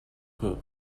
hmuh